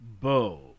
Bow